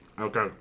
Okay